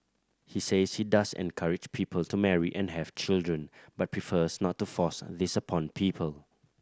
he says he does encourage people to marry and have children but prefers not to force this upon people